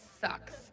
sucks